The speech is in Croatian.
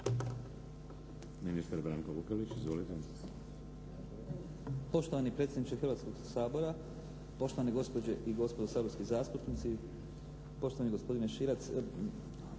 Ministar Branko Vukelić, izvolite.